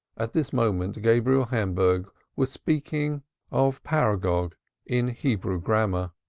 at this moment gabriel hamburg was speaking of paragoge in hebrew grammar,